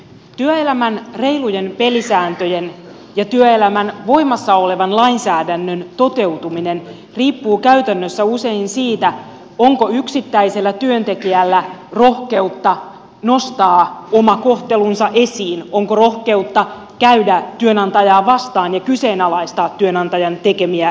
työelämän reilujen pelisääntöjen ja työelämän voimassa olevan lainsäädännön toteutuminen riippuu käytännössä usein siitä onko yksittäisellä työntekijällä rohkeutta nostaa oma kohtelunsa esiin onko rohkeutta käydä työnantajaa vastaan ja kyseenalaistaa työnantajan tekemiä ratkaisuja